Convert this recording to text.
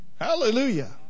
Hallelujah